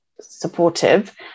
supportive